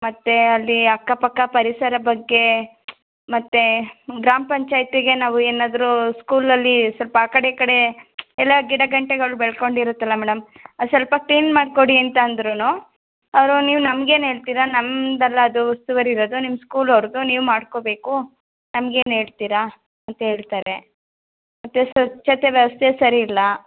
ಮತ್ತು ಅಲ್ಲಿ ಅಕ್ಕಪಕ್ಕ ಪರಿಸರದ ಬಗ್ಗೆ ಮತ್ತು ಗ್ರಾಮ ಪಂಚಾಯತಿಗೆ ನಾವು ಏನಾದರೂ ಸ್ಕೂಲಲ್ಲಿ ಸ್ವಲ್ಪ ಆ ಕಡೆ ಈ ಕಡೆ ಎಲ್ಲ ಗಿಡ ಗಂಟೆಗಳು ಬೆಳ್ಕೊಂಡಿರುತ್ತಲ್ಲ ಮೇಡಮ್ ಅದು ಸ್ವಲ್ಪ ಕ್ಲೀನ್ ಮಾಡಿಕೊಡಿ ಅಂತ ಅಂದ್ರು ಅವರು ನೀವು ನಮ್ಗೆ ಏನು ಹೇಳ್ತೀರ ನಮ್ದು ಅಲ್ಲ ಅದು ಉಸ್ತುವಾರಿ ಇರೋದು ನಿಮ್ಮ ಸ್ಕೂಲವ್ರದ್ದು ನೀವು ಮಾಡ್ಕೋಬೇಕು ನಮ್ಗೆ ಏನು ಹೇಳ್ತೀರ ಅಂತ ಹೇಳ್ತಾರೆ ಮತ್ತು ಸ್ವಚ್ಛತೆ ವ್ಯವಸ್ಥೆ ಸರಿಯಿಲ್ಲ